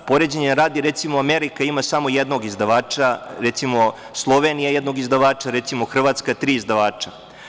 Poređenja radi, recimo, Amerika ima samo jednog izdavača, Slovenija jednog izdavača, Hrvatska tri izdavača.